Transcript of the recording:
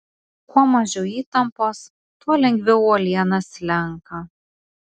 kuo mažiau įtampos tuo lengviau uoliena slenka